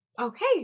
Okay